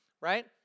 right